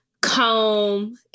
Comb